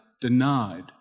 denied